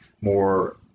More